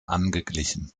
angeglichen